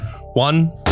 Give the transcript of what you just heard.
one